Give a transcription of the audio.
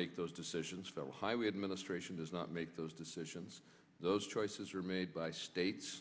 make those decisions federal highway administration does not make those decisions those choices are made by states